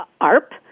ARP